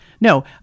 No